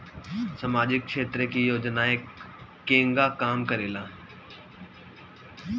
सामाजिक क्षेत्र की योजनाएं केगा काम करेले?